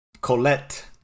colette